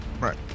right